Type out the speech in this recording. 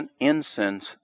incense